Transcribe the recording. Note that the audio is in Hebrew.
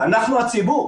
אנחנו הציבור.